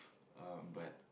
uh but